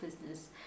business